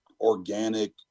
organic